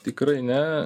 tikrai ne